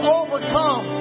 overcome